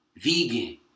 vegan